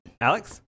alex